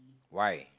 why